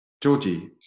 Georgie